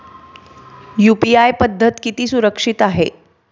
UPI पद्धत किती सुरक्षित आहे?